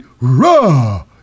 Raw